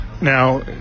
Now